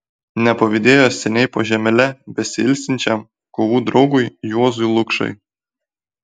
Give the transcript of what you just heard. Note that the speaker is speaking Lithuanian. nepavydėjo seniai po žemele besiilsinčiam kovų draugui juozui lukšai